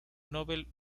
nobel